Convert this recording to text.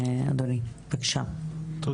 כמובן על כל המסגרות של החוץ ביתי,